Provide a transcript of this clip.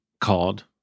called